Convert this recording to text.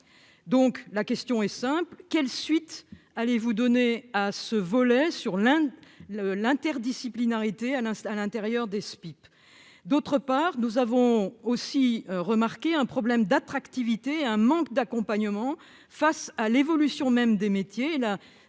donc la question est simple : quelle suite allez-vous donner à ce volet sur l'Inde, l'interdisciplinarité Alain à l'intérieur des SPIP, d'autre part, nous avons aussi remarqué un problème d'attractivité et un manque d'accompagnement face à l'évolution même des métiers